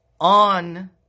on